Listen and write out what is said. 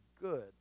good